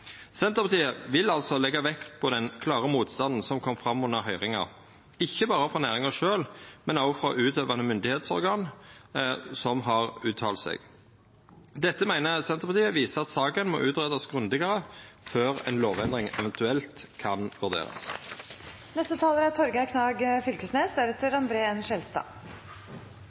Senterpartiet vil leggja vekt på den klare motstanden som kom fram under høyringa, ikkje berre frå næringa sjølv, men òg frå utøvande myndigheitsorgan som har uttalt seg. Dette meiner Senterpartiet viser at saka må greiast ut grundigare før ei lovendring eventuelt kan vurderast. Forslaget om å påleggje individmerking er